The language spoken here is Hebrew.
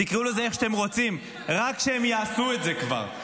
תקראו לזה איך שאתם רוצים רק שהם יעשו את זה כבר.